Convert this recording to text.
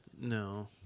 No